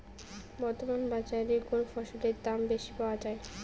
বর্তমান বাজারে কোন ফসলের দাম বেশি পাওয়া য়ায়?